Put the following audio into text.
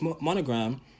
monogram